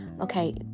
Okay